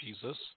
Jesus